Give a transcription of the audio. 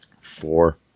Four